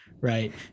right